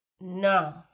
No